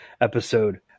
episode